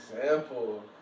example